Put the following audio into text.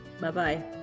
bye-bye